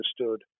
understood